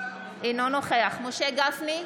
אינו נוכח משה גפני,